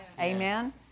Amen